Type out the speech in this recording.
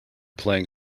playing